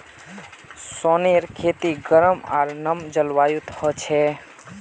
सोनेर खेती गरम आर नम जलवायुत ह छे